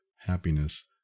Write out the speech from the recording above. happiness